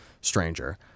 stranger